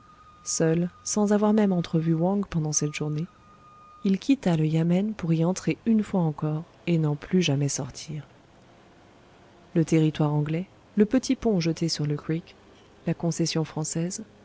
seul sans avoir même entrevu wang pendant cette journée il quitta le yamen pour y entrer une fois encore et n'en plus jamais sortir le territoire anglais le petit pont jeté sur le creek la concession française